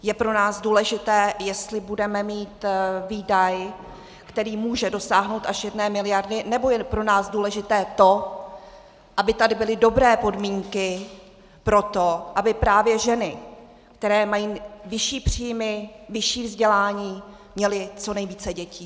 Je pro nás důležité, jestli budeme mít výdaj, který může dosáhnout až jedné miliardy, nebo je pro nás důležité to, aby tady byly dobré podmínky pro to, aby právě ženy, které mají vyšší příjmy, vyšší vzdělání, měly co nejvíce dětí?